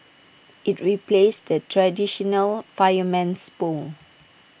IT replaces the traditional fireman's pole